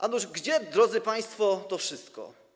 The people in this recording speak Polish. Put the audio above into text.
Ano gdzie, drodzy państwo, to wszystko?